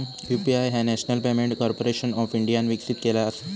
UPI ह्या national payment corporation of इंडियाने विकसित केला असा